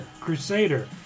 Crusader